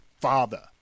Father